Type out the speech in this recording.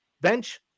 bench